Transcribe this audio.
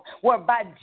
whereby